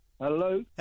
Hello